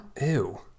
Ew